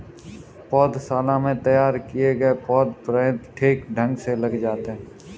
पौधशाला में तैयार किए गए पौधे प्रायः ठीक ढंग से लग जाते हैं